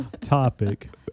topic